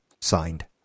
signed